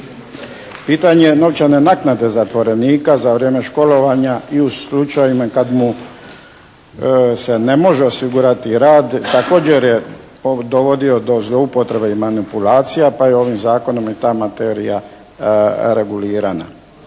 Pitanje novčane naknade zatvorenika za vrijeme školovanja i u slučajevima kad mu se ne može osigurati rad također je dovodio do zloupotrebe i manipulacija, pa je ovim zakonom i ta materija regulirana.